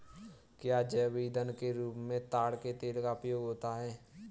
क्या जैव ईंधन के रूप में ताड़ के तेल का उपयोग होता है?